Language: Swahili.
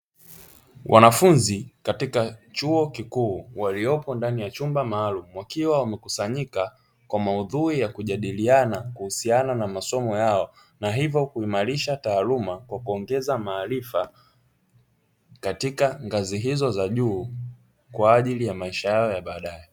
Wanafunzi katika chuo kikuu, waliopo ndani ya chumba maalumu, wakiwa wamekusanyika kwa maudhui ya kujadiliana kuhusiana na masomo yao na hivyo kuimarisha taaluma kwa kuongeza maarifa katika ngazi hizo za juu, kwa ajili ya maisha yao ya baadaye.